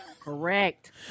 correct